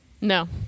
No